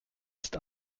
ist